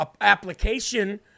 application